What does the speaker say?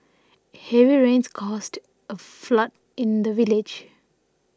heavy rains caused a flood in the village